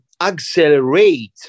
accelerate